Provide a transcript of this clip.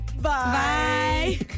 Bye